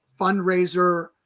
fundraiser